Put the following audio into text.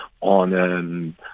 on